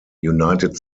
united